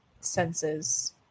senses